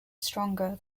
stronger